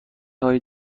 هایی